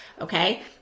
Okay